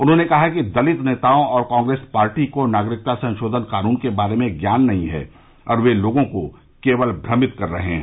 उन्होंने कहा कि दलित नेताओं और कांग्रेस पार्टी को नागरिकता संशोधन कानून के बारे में ज्ञान नहीं है और वे लोगों को केवल भ्रमित कर रहे हैं